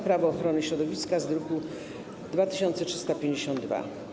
Prawo ochrony środowiska z druku nr 2352.